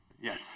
Yes